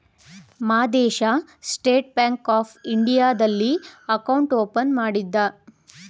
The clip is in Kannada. ಮಾದೇಶ ಸ್ಟೇಟ್ ಬ್ಯಾಂಕ್ ಆಫ್ ಇಂಡಿಯಾದಲ್ಲಿ ಅಕೌಂಟ್ ಓಪನ್ ಮಾಡಿದ್ದ